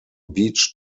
beach